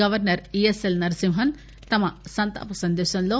governor ESL Narasimhan తన సంతాప సందేశంలో